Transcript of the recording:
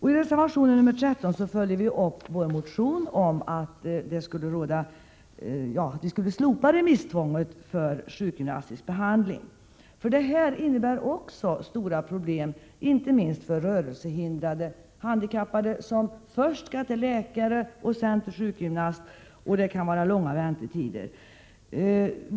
I reservation nr 13 följer vi upp vår motion om att slopa remisstvånget för sjukgymnastisk behandling. Också detta innebär stora problem, inte minst för rörelsehindrade och handikappade, som först skall till läkare och sedan till sjukgymnast. Det kan ju vara långa väntetider också.